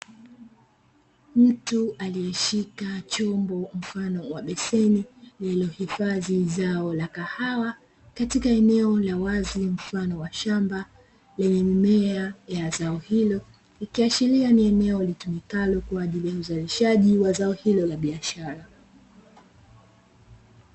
Mtu aliyeshika chombo mfano wa beseni lililohifadhi zao la kahawa katika eneo la wazi mfano wa shamba lenye mimea ya zao hilo, ikiashiria ni eneo litumikalo kwa ajili ya uzalishaji wa zao hilo la biashara.